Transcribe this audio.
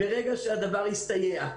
ברגע שהדבר יסתייע.